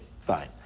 Fine